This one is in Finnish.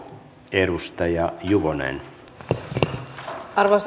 arvoisa herra puhemies